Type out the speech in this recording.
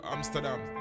Amsterdam